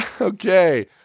Okay